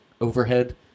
overhead